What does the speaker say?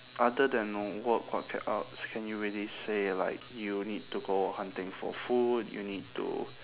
other than work what c~ else can you really say like you need to go hunting for food you need to